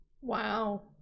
wow